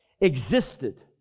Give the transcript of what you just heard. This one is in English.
existed